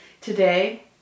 today